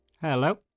Hello